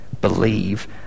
Believe